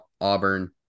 Auburn